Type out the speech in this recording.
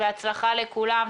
בהצלחה לכולם.